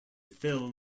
fill